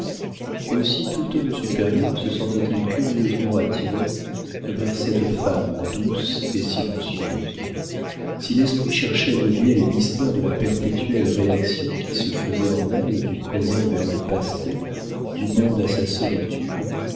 aussi tout homme supérieur se sentait-il curieusement attiré vers cette femme douce et silencieuse si l'esprit cherchait à deviner les mystères de la perpétuelle réaction qui se faisait en elle du présent vers le passé du monde à sa solitude